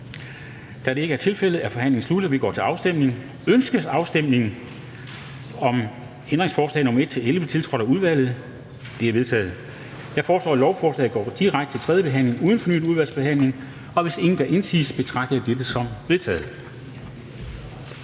Kl. 13:08 Afstemning Formanden (Henrik Dam Kristensen): Ønskes afstemningen om ændringsforslag nr. 1-11, tiltrådt af udvalget? De er vedtaget. Jeg foreslår, at lovforslaget går direkte til tredje behandling uden fornyet udvalgsbehandling, og hvis ingen gør indsigelse, betragter jeg dette som vedtaget.